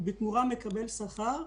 כאשר בתמורה הוא מקבל שכר.